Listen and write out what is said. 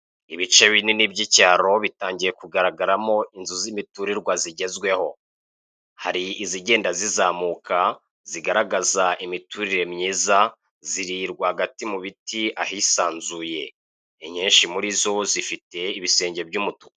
Ibice binini by'icyaro bitangiye kugaragaramo inzu z'imiturirwa zigezweho hari izigenda zizamuka zigaragaza imiturire myiza, zirirwa hagati mu biti ahisanzuye inyinshi muri zo zifite ibisenge by'umutuku.